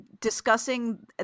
discussing